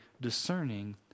discerning